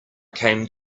came